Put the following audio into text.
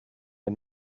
and